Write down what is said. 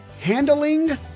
Handling